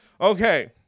Okay